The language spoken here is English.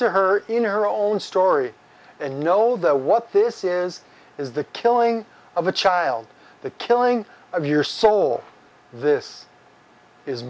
to her in her own story and know that what this says is the killing of a child the killing of your soul this is